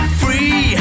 free